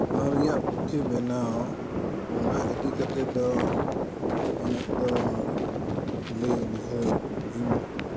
ᱟᱹᱱ ᱨᱮᱭᱟᱜ ᱯᱩᱛᱷᱤ ᱵᱮᱱᱟᱣ ᱚᱱᱟ ᱤᱫᱤ ᱠᱟᱛᱮᱫ ᱫᱚ ᱩᱱᱟᱹᱜ ᱫᱚ ᱞᱟᱹᱭ ᱵᱩᱡᱷᱟᱹᱣ ᱤᱧ